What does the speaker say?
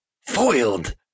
foiled